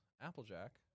Applejack